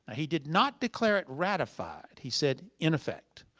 he did not declare it ratified. he said in effect.